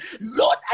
Lord